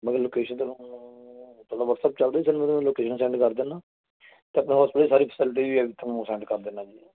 ਮਤਲਬ ਲੋਕੇਸ਼ਨ ਤੁਹਾਨੂੰ ਤੁਹਾਡਾ ਵਟਸਐਪ ਚੱਲਦਾ ਜੀ ਫਿਰ ਮੈਂ ਤੁਹਾਨੂੰ ਲੋਕੇਸ਼ਨ ਸੈਂਡ ਕਰ ਦਿੰਦਾ ਅਤੇ ਆਪਣੀ ਹੋਸਪਿਟਲ ਦੀ ਸਾਰੀ ਫੈਸਿਲਿਟੀ ਵੀ ਤੁਹਾਨੂੰ ਉਹ ਸੈਂਡ ਕਰ ਦਿੰਦਾ ਜੀ